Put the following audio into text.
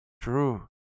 True